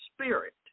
spirit